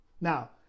Now